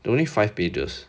there's only five pages